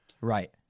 Right